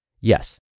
Yes